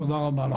תודה רבה.